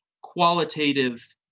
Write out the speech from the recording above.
qualitative